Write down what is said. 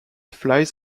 flies